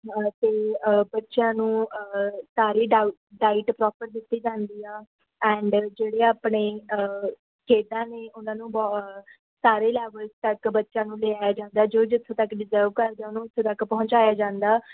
ਅਤੇ ਬੱਚਿਆਂ ਨੂੰ ਸਾਰੇ ਡਾਊ ਡਾਇਟ ਪ੍ਰੋਪਰ ਦਿੱਤੀ ਜਾਂਦੀ ਆ ਐਂਡ ਜਿਹੜੇ ਆਪਣੇ ਖੇਡਾਂ ਨੇ ਉਹਨਾਂ ਨੂੰ ਬ ਸਾਰੇ ਲੈਵਲ ਤੱਕ ਬੱਚਿਆਂ ਨੂੰ ਲਿਆ ਜਾਂਦਾ ਜੋ ਜਿੱਥੋਂ ਤੱਕ ਡਿਜਰਵ ਕਰਦਾ ਉਹਨੂੰ ਉੱਥੇ ਤੱਕ ਪਹੁੰਚਾਇਆ ਜਾਂਦਾ